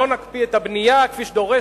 לא נקפיא את הבנייה כפי שדורש,